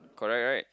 correct right